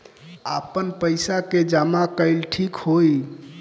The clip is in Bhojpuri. आपन पईसा के जमा कईल ठीक होई?